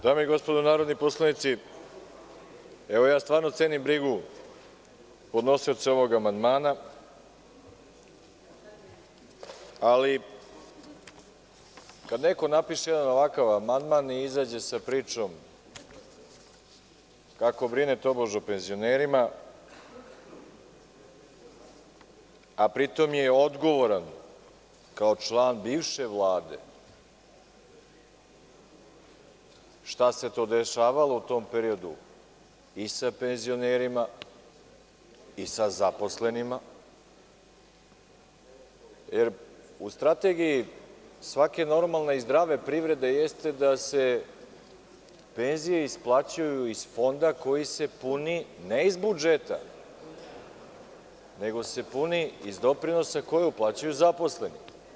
Dame i gospodo narodni poslanici, stvarno cenim brigu podnosioca ovog amandmana, ali kada neko napiše jedan ovakav amandman i izađe sa pričom kako brine tobož o penzionerima, a pri tom je odgovoran kao član bivše Vlade šta se to dešavalo u tom periodu i sa penzionerima i sa zaposlenima, jer u strategiji svake normalne i zdrave privrede jeste da se penzije isplaćuju iz fonda koji se puni ne iz budžeta, nego se puni iz doprinosa koji uplaćuju zaposleni.